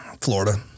Florida